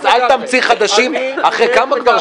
אז אל תמציא חדשים -- אני ----- אל